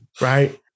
right